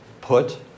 put